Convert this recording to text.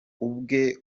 ubwe